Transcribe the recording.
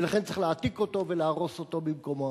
ולכן צריך להעתיק אותו ולהרוס את היישוב הקיים.